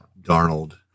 Darnold